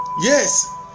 Yes